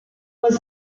was